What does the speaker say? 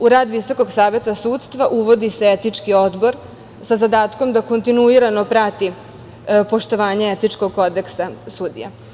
U rad Visokog saveta sudstva uvodi se Etički odbor, sa zadatkom da kontinuirano prati poštovanje etičkog kodeksa sudija.